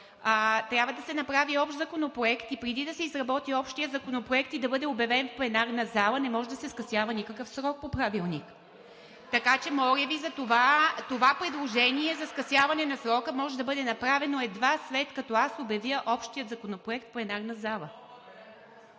Трябва да се направи Общ законопроект и преди да се изработи Общият законопроект и да бъде обявен в пленарната зала, не може да се скъсява никакъв срок по Правилник. (Ръкопляскания от ГЕРБ-СДС.) Така че, моля Ви, затова това предложение за скъсяване на срока може да бъде направено, едва след като обявя Общия законопроект в пленарната зала.